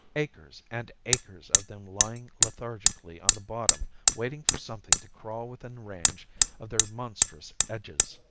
acres and acres of them lying lethargically on the bottom waiting for something to crawl within range of their monstrous edges!